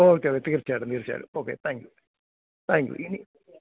okay തീർച്ചയായിട്ടും തീർച്ചയായിട്ടും okay thank you thank you ഇനി